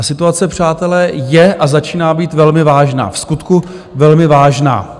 Situace, přátelé, je a začíná být velmi vážná, vskutku velmi vážná.